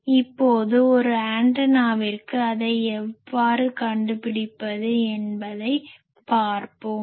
எனவே இப்போது ஒரு ஆண்டனாவிற்கு அதை எவ்வாறு கண்டுபிடிப்பது என்று பார்ப்போம்